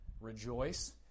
rejoice